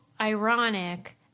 ironic